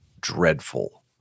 dreadful